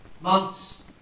months